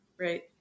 right